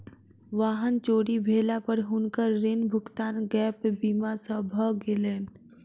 वाहन चोरी भेला पर हुनकर ऋण भुगतान गैप बीमा सॅ भ गेलैन